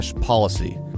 policy